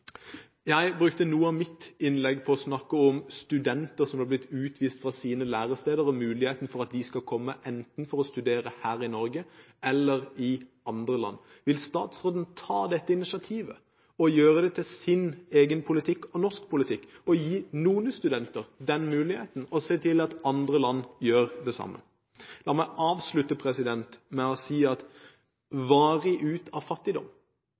Jeg brukte noe av mitt innlegg på å snakke om studenter som er blitt utvist fra sine læresteder, og om muligheten for at de kan komme til Norge for å studere eller studere i andre land. Vil statsråden ta dette initiativet og gjøre det til sin egen politikk og norsk politikk å gi noen studenter den muligheten og se til at andre land gjør det samme? La meg avslutte med å si at varig ut av fattigdom